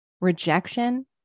rejection